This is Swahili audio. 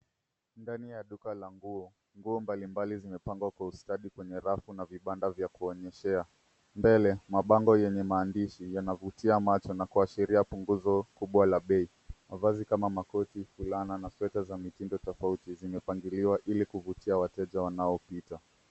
Ndani ya duka la nguo. Nguo mbalimbali zimepangwa kwa ustadi kwenye rafu na vibanda vya kuonyeshea. Mbele, mabango yenye maandishi yanavutia macho na kuangazia punguzo kubwa la bei. Mavazi kama makoti, fulana na sweta za mitindo tofauti zimepangiliwa ili kuvutia wateja wanaopita.